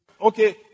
Okay